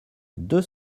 deux